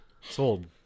sold